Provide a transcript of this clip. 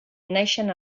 naixen